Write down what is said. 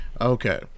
Okay